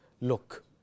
look